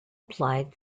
applied